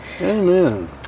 Amen